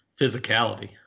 physicality